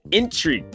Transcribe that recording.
entry